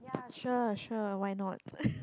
sure sure why not